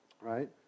right